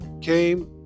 came